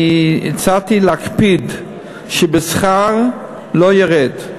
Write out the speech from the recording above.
אני הצעתי להקפיד שהשכר לא ירד,